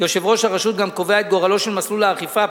יושב-ראש הרשות גם קובע את גורלו של מסלול האכיפה,